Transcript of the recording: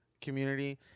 community